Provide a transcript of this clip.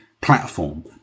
platform